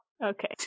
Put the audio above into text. Okay